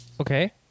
Okay